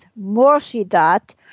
Morshidat